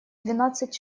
двенадцать